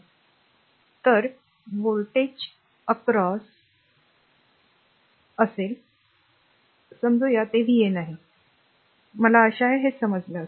म्हणूनच या व्होल्टेजच्या ओलांडून r आणि व्होल्टेज या आशेने vn